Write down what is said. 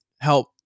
help